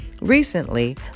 Recently